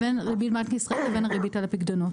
לבין ריבית בנק ישראל לבין הריבית על הפיקדונות.